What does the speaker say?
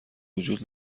وجود